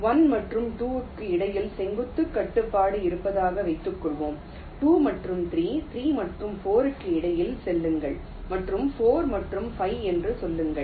1 மற்றும் 2 க்கு இடையில் செங்குத்து கட்டுப்பாடு இருப்பதாக வைத்துக்கொள்வோம் 2 மற்றும் 3 3 மற்றும் 4 க்கு இடையில் சொல்லுங்கள் மற்றும் 4 மற்றும் 5 என்று சொல்லுங்கள்